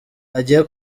agiye